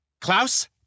Klaus